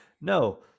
No